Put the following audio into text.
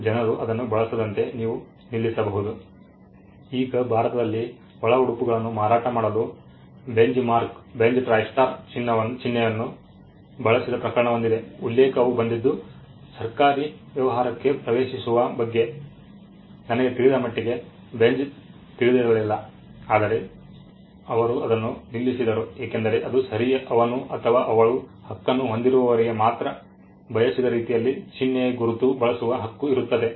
ಜನರು ಅದನ್ನು ಬಳಸದಂತೆ ನೀವು ನಿಲ್ಲಿಸಬಹುದು ಈಗ ಭಾರತದಲ್ಲಿ ಒಳ ಉಡುಪುಗಳನ್ನು ಮಾರಾಟ ಮಾಡಲು ಬೆಂಚ್ಮಾರ್ಕ್ ಬೆಂಜ್ ಟ್ರಿಸ್ಟಾರ್ ಚಿಹ್ನೆವನ್ನು ಬಳಸಿದ ಪ್ರಕರಣವೊಂದಿದೆ ಉಲ್ಲೇಖವು ಬಂದಿದ್ದು ಸರ್ಕಾರಿ ವ್ಯವಹಾರಕ್ಕೆ ಪ್ರವೇಶಿಸುವ ಬಗ್ಗೆ ನನಗೆ ತಿಳಿದ ಮಟ್ಟಿಗೆ ಬೆನ್ಜ್ಗೆ ತಿಳಿದಿರಲಿಲ್ಲ ಆದರೆ ಅವರು ಅದನ್ನು ನಿಲ್ಲಿಸಿದರು ಏಕೆಂದರೆ ಅದು ಸರಿ ಅವನು ಅಥವಾ ಅವಳು ಹಕ್ಕನ್ನು ಹೊಂದಿರುವವರಿಗೆ ಮಾತ್ರ ಬಯಸಿದ ರೀತಿಯಲ್ಲಿ ಚಿಹ್ನೆಯ ಗುರುತು ಬಳಸುವ ಹಕ್ಕು ಇರುತ್ತದೆ